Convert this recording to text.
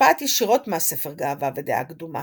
מושפעת ישירות מהספר גאווה ודעה קדומה